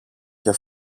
και